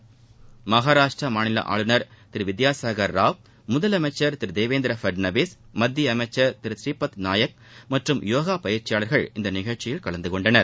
இந்நிகழ்ச்சியில் மஹாராஷ்டிரா மாநில ஆளுநர் திரு வித்யாசாகர் ராவ் முதலமைச்சர் தீரு தேவேந்திர ஃபட்நூவிஸ் மத்திய அமைச்சர் திரு ஸ்ரீபத் நாயக் மற்றும் யோகா பயிற்சியாளர்கள் இந்நிகழ்ச்சியில் கலந்து கொண்டனர்